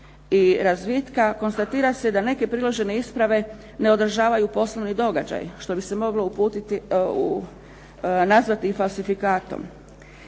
i razvitka, konstatira se da neke priložene isprave ne održavaju poslovni događaj što bi se moglo nazvati i falsifikatom.